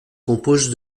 compose